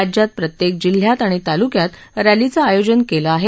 राज्यात प्रत्येक जिल्ह्यात आणि तालुक्यात रॅलीचं आयोजन केलं आहे